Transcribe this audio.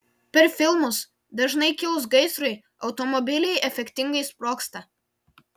per filmus dažnai kilus gaisrui automobiliai efektingai sprogsta